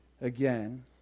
again